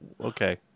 Okay